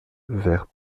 vers